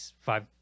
five